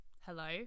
hello